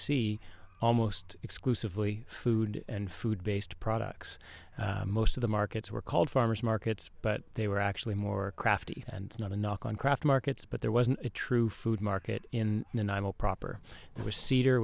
see almost exclusively food and food based products most of the markets were called farmer's markets but they were actually more crafty and not a knock on craft markets but there wasn't a true food market in and i'm a proper for cedar